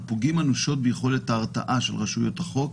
הפוגעים אנושות ביכולת הרתעה של רשויות החוק,